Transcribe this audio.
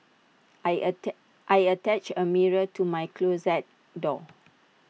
I attack attached A mirror to my closet door